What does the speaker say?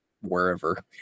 wherever